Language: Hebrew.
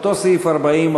אותו סעיף 40,